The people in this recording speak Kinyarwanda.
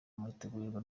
muritegurirwa